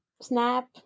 Snap